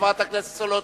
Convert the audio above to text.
חברת הכנסת סולודקין,